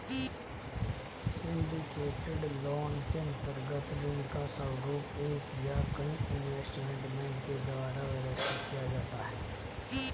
syndicated loan के अंतर्गत ऋण का स्वरूप एक या कई इन्वेस्टमेंट बैंक के द्वारा व्यवस्थित किया जाता है